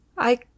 I-